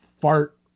fart